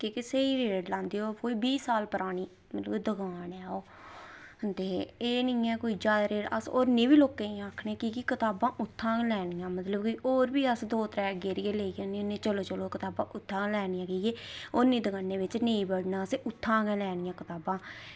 की के स्हेई रेट लांदे ओह् कोई बीह् साल परानी मतलब की दकान ऐ ओह् ते एह् निं ऐ की जादै रेट अस होरनें ई केईं गी आक्खने की कताबां उत्थां गै लेनियां ते मतलब कि होर बी अस दौ त्रैऽ घेरियै लेई जन्ने होन्ने की चलो चलो कताबां उत्थां गै लैनियां की के होरनीं दकानै बिच असें नेईं बड़ना असें उत्थां गै लैनियां कताबां